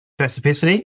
specificity